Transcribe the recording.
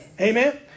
Amen